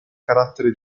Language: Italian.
carattere